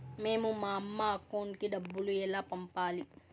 మేము మా అమ్మ అకౌంట్ కి డబ్బులు ఎలా పంపాలి